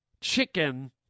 chicken